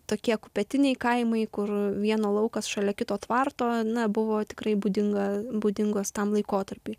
tokie kupetiniai kaimai kur vieno laukas šalia kito tvarto na buvo tikrai būdinga būdingos tam laikotarpiui